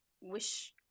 wish